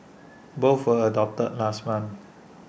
both were adopted last month